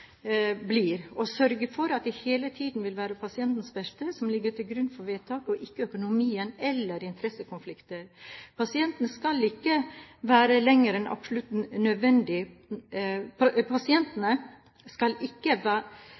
blir, for å sørge for at det hele tiden vil være pasientens beste som ligger til grunn for vedtak, og ikke økonomi eller interessekonflikter. Pasienter skal ikke være lenger enn absolutt nødvendig på